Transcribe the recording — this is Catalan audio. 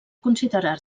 considerar